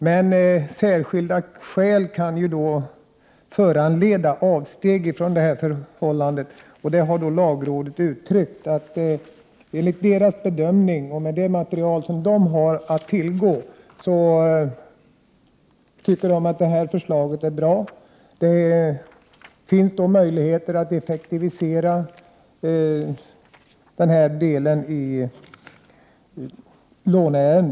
Men särskilda skäl kan ju föranleda avsteg från detta förhållande. Lagrådet gör mot bakgrund av det material som det har att tillgå bedömningen att detta förslag är bra. Enligt lagrådet kommer förslaget att leda till en rationalisering av låneverksamheten.